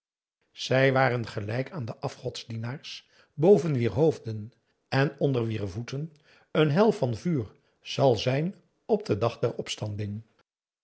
zij waren gelijk aan de afgodendienaars boven wier hoofden en onder wier voeten een hel van vuur zal zijn op den dag der opstanding